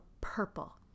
purple